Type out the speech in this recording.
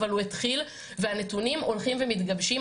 אבל הוא התחיל והנתונים הולכים ומתגבשים.